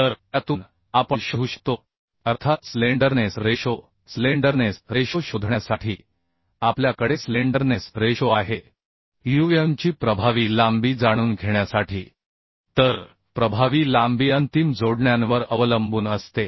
तर त्यातून आपण शोधू शकतो अर्थात स्लेंडरनेस रेशो स्लेंडरनेस रेशो शोधण्यासाठी आपल्या कडे umची प्रभावी लांबी जाणून घेण्यासाठी स्लेंडरनेस रेशो आहे तर प्रभावी लांबी अंतिम जोडण्यांवर अवलंबून असते